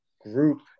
group